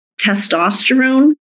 Testosterone